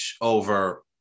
over